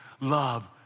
love